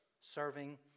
serving